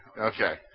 Okay